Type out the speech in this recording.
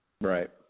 Right